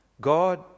God